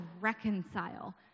reconcile